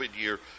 year